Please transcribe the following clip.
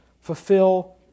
fulfill